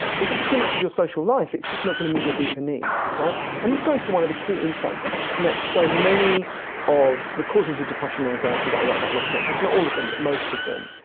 if it's too much of your social life, it's just not gonna meet your deeper needs. and this goes to one of the key insights that connects so many of the causes of depression and anxiety that i wrote about in lost connections, not all of them but most of them,